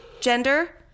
gender